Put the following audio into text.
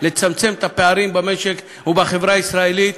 לצמצם את הפערים במשק ובחברה הישראלית.